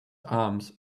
arms